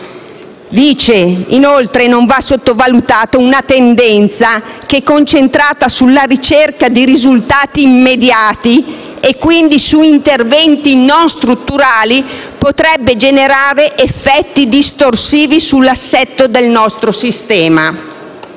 conti, «non va sottovalutata una tendenza che, concentrata sulla ricerca di risultati immediati e quindi su interventi non strutturali, potrebbe generare effetti distorsivi sull'assetto del nostro sistema».